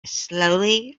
slowly